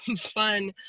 fun